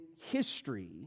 history